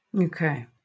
Okay